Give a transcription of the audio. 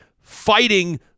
fighting